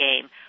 game